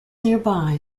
nearby